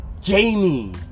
jamie